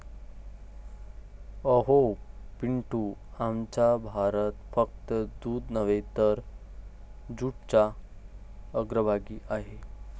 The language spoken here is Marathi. अहो पिंटू, आमचा भारत फक्त दूध नव्हे तर जूटच्या अग्रभागी आहे